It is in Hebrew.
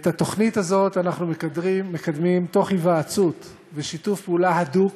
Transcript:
את התוכנית הזאת אנחנו מקדמים תוך היוועצות ושיתוף פעולה הדוק